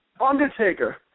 Undertaker